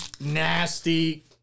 nasty